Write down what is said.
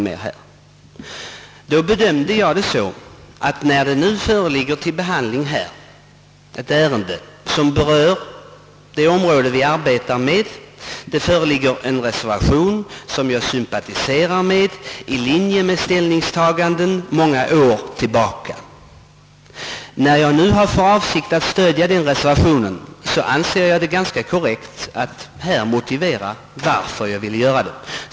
Jag har bedömt saken så, att när kammaren har uppe till behandling ett ärende som berör det område utredningen sysslar med och det föreligger en reservation som jag sympatiserar med, så måste jag stödja den reservationen. Jag anser det också vara korrekt att motivera varför jag vill göra det.